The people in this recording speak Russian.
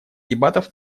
дебатов